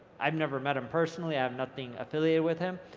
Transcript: i've never met him personally. i'm nothing affiliated with him.